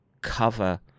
cover